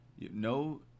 No